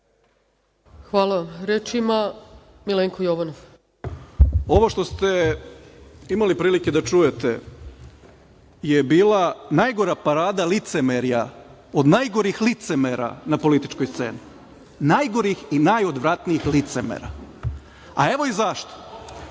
Jovanov. **Milenko Jovanov** Ovo što ste imali prilike da čujete je bila najgora parada licemerja od najgorih licemera na političkoj sceni, najgorih i najodvratnijih. A evo i